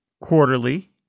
quarterly